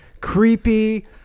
creepy